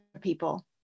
people